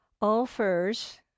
offers